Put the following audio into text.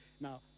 Now